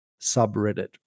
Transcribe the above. Subreddit